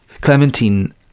Clementine